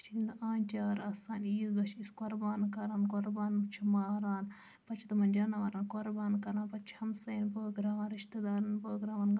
اسہِ چھُ تَمہِ دۄہ آنٛچار آسان عیٖذ دۄہ چھِ أسۍ قۄربان کران قۄربان چھِ ماران پَتہٕ چھِ تِمَن جانورَن قۄربان کران پَتہٕ چھِ ہمساین بٲگراوان رِشتہٕ دارَن بٲگراوان